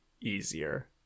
easier